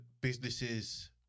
businesses